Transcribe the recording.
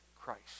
Christ